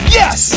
yes